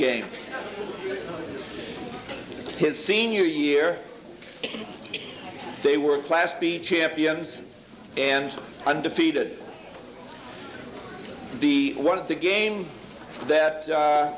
game his senior year they were class b champions and undefeated the one of the game that